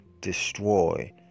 destroy